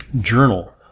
Journal